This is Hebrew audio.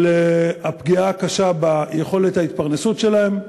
על הפגיעה הקשה ביכולת ההתפרנסות שלהם,